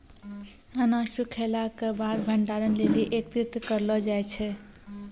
अनाज सूखैला क बाद भंडारण लेलि एकत्रित करलो जाय छै?